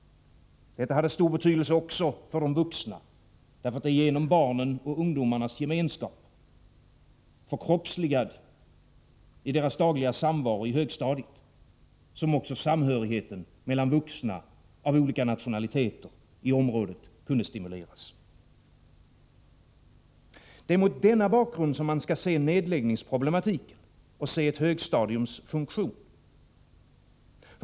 Detta hade stor betydelse också för de vuxna. För det är genom 4 februari 1985 barnens och ungdomarnas gemenskap, förkroppsligad i deras dagliga samvaro i högstadiet, som också samhörigheten mellan vuxna av olika nationaliteter i området kunde stimuleras. Det är mot den bakgrunden man skall se nedläggningsproblematiken och se ett högstadiums funktion.